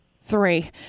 three